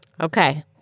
Okay